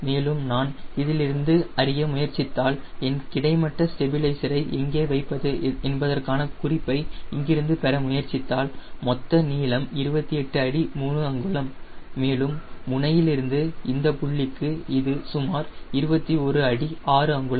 மேலும் நான் இதிலிருந்து அறிய முயற்சித்தாள் என் கிடைமட்ட ஸ்டெபிலைசரை எங்கே வைப்பது என்பதற்கான குறிப்பை இங்கிருந்து பெற முயற்சித்தால் மொத்த நீளம் 28 அடி 3 அங்குலம் மேலும் முனையிலிருந்து இந்த புள்ளிக்கு இது சுமார் 21 அடி 6 அங்குலம்